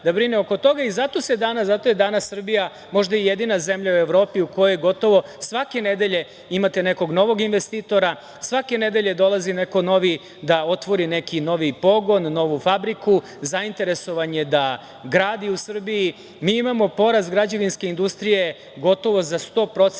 da brine oko toga. Zato je danas Srbija možda i jedina zemlja u Evropi u kojoj gotovo svake nedelje imate nekog novog investitora, svake nedelje dolazi neko novi da otvori neki novi pogon, novu fabriku, zainteresovan je da gradi u Srbiji. Mi imamo porast građevinske industrije gotovo za 100%